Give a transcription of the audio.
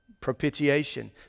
Propitiation